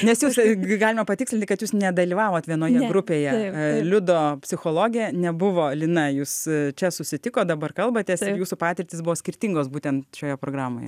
nes jus lyg galima patikslinti kad jūs nedalyvavot vienoje grupėje liudo psichologė nebuvo lina jūs čia susitikot dabar kalbatės ir jūsų patirtys buvo skirtingos būtent šioje programoje